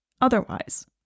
otherwise